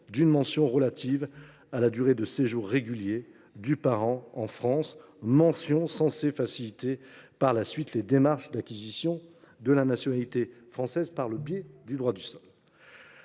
d’une mention relative à la durée de séjour régulier dudit parent en France. Cette mention est censée faciliter par la suite les démarches d’acquisition de la nationalité française par le biais du droit du sol.